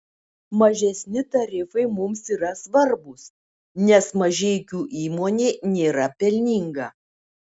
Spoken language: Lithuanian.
mažesni tarifai mums yra svarbūs nes mažeikių įmonė nėra pelninga